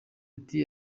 ati